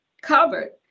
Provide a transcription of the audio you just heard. covered